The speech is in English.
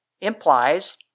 implies